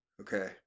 okay